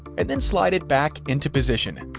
and then slide it back into position.